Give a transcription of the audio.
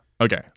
Okay